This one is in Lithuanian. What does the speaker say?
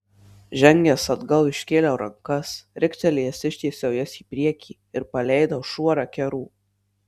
žengęs atgal iškėliau rankas riktelėjęs ištiesiau jas į priekį ir paleidau šuorą kerų